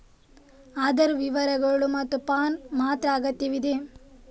ಆಧಾರ್ ವಿವರಗಳು ಮತ್ತು ಪ್ಯಾನ್ ಮಾತ್ರ ಅಗತ್ಯವಿದೆ